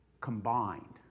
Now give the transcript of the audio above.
combined